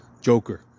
Joker